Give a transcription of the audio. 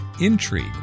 intrigue